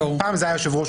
פעם זה היה היושב-ראש,